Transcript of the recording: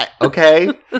okay